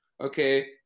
okay